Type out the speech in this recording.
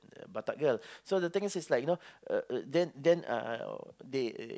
batak girl so the thing is is like you know uh then then uh they